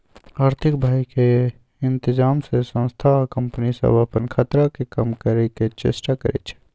आर्थिक भय के इतजाम से संस्था आ कंपनि सभ अप्पन खतरा के कम करए के चेष्टा करै छै